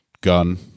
gun